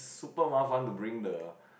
super mafan to bring the